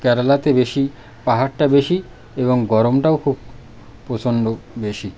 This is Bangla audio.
কেরালাতে বেশি পাহাড়টা বেশি এবং গরমটাও খুব প্রচণ্ড বেশি